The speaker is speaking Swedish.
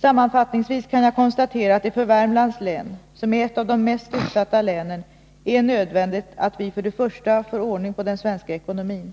Sammanfattningsvis kan jag konstatera att det för Värmlands län — ett av de mest utsatta länen — är nödvändigt för det första att vi får ordning på den svenska ekonomin